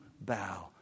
bow